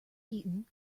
eaten